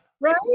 right